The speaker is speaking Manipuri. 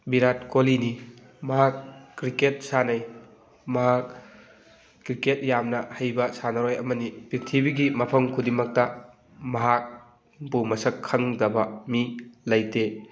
ꯚꯤꯔꯥꯠ ꯀꯣꯂꯤꯅꯤ ꯃꯍꯥꯛ ꯀ꯭ꯔꯤꯀꯦꯠ ꯁꯥꯟꯅꯩ ꯃꯍꯥꯛ ꯀ꯭ꯔꯤꯀꯦꯠ ꯌꯥꯝꯅ ꯍꯩꯕ ꯁꯥꯟꯅꯔꯣꯏ ꯑꯃꯅꯤ ꯄ꯭ꯔꯤꯊꯤꯕꯤꯒꯤ ꯃꯐꯝ ꯈꯨꯗꯤꯡꯃꯛꯇ ꯃꯍꯥꯛꯄꯨ ꯃꯁꯛ ꯈꯪꯗꯕ ꯃꯤ ꯂꯩꯇꯦ